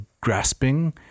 grasping